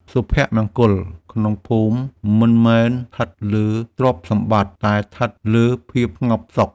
សុភមង្គលក្នុងភូមិមិនមែនស្ថិតលើទ្រព្យសម្បត្តិ តែស្ថិតលើភាពស្ងប់សុខ។